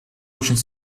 очень